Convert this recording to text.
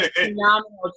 phenomenal